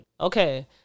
Okay